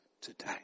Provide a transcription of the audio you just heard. today